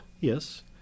Yes